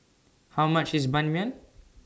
How much IS Ban Mian